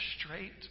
straight